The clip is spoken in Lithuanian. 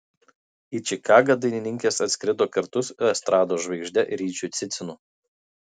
į čikagą dainininkės atskrido kartu su estrados žvaigžde ryčiu cicinu